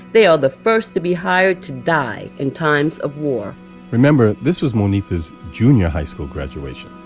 they are the first to be hired to die in times of war remember this was monifa's junior high school graduation.